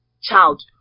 child